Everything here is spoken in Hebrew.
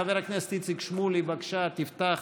חבר הכנסת איציק שמולי, בבקשה, תפתח